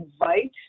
invite